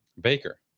baker